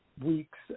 Weeks